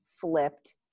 flipped